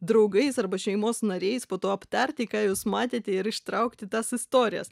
draugais arba šeimos nariais po to aptarti ką jūs matėt ir ištraukti tas istorijas